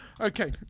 Okay